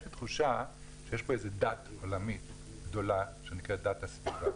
יש לי תחושה שיש פה איזה דת עולמית גדולה שנקראת דת הסביבה,